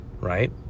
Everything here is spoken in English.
right